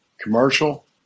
commercial